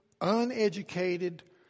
uneducated